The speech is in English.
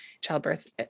childbirth